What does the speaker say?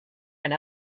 and